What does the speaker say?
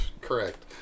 Correct